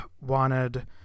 wanted